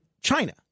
China